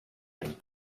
him